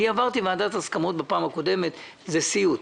אני עברתי ועדת הסכמות בפעם הקודמת זה סיוט.